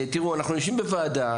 תיראו, אנחנו יושבים בוועדה.